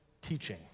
teaching